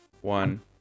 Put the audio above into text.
one